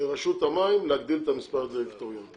לרשות המים להגדיל את מספר הדירקטוריון.